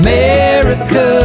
America